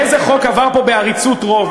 איזה חוק עבר פה בעריצות רוב?